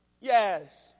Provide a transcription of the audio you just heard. Yes